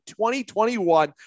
2021